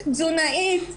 תזונאית,